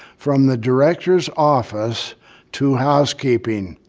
from the directors office to housekeeping,